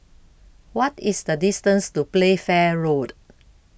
What IS The distance to Playfair Road